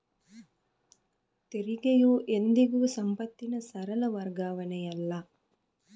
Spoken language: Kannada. ತೆರಿಗೆಯು ಎಂದಿಗೂ ಸಂಪತ್ತಿನ ಸರಳ ವರ್ಗಾವಣೆಯಲ್ಲ